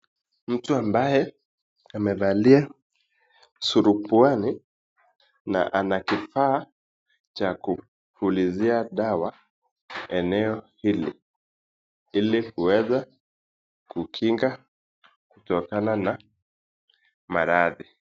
Mtu ambaye amevalia surupwani na ana kifaa cha kupulizia dawa eneo hili, ili kuweza kukinga kutokana na maradhi.